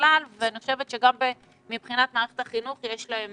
בכלל ולדעתי גם מבחינת מערכת החינוך יש להם